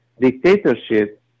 dictatorship